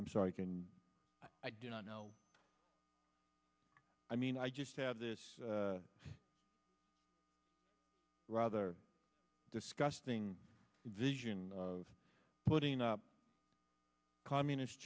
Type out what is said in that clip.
i'm sorry can i do not know i mean i just have this rather disgusting vision of putting up communist